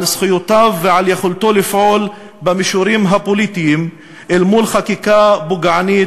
על זכויותיו ועל יכולתו לפעול במישורים הפוליטיים אל מול חקיקה פוגענית,